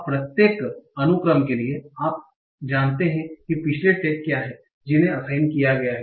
अब प्रत्येक अनुक्रम के लिए आप जानते हैं कि पिछले टैग क्या हैं जिन्हें असाइन किया गया है